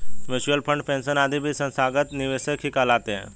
mutual fund, pension आदि भी संस्थागत निवेशक ही कहलाते हैं